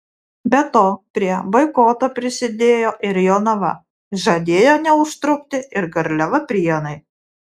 be to prie boikoto prisidėjo ir jonava žadėjo neužtrukti ir garliava prienai